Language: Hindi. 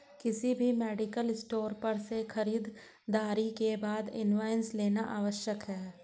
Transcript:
किसी भी मेडिकल स्टोर पर से खरीदारी के बाद इनवॉइस लेना आवश्यक है